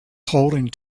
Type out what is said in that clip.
holding